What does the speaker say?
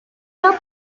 camilo